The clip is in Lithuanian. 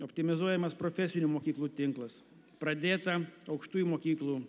optimizuojamas profesinių mokyklų tinklas pradėta aukštųjų mokyklų